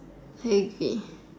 okay